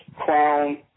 crown